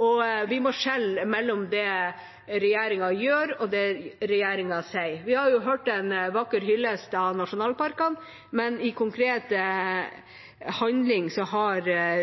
og vi må skjelne mellom det regjeringa gjør, og det regjeringa sier. Vi har jo hørt en vakker hyllest av nasjonalparkene, men i konkret handling har